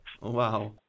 Wow